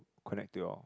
connect to your